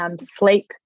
sleep